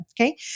okay